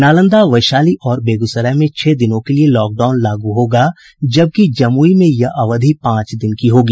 नालंदा वैशाली और बेगूसराय में छह दिनों के लिए लॉकडाउन लागू होगा जबकि जमुई में यह अवधि पांच दिन की होगी